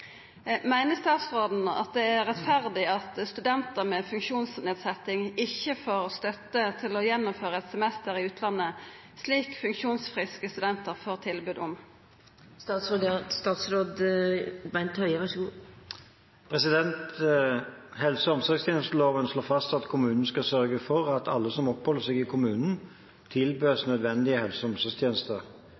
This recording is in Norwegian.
Meiner statsråden det er rettferdig at studentar med funksjonsnedsetting ikkje får støtte til å gjennomføre eit semester i utlandet, slik funksjonsfriske studentar får tilbod om?» Helse- og omsorgstjenesteloven slår fast at kommunen skal sørge for at alle som oppholder seg i kommunen, tilbys nødvendige helse-